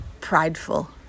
prideful